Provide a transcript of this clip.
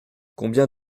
combien